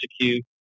execute